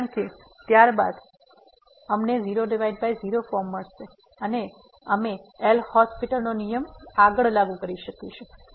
કારણ કે ત્યારબાદ અમને 00 ફોર્મ મળશે અને અમે એલ'એહોસ્પિટલL'Hospital's નો નિયમ આગળ લાગુ કરી શકશું